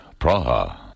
Praha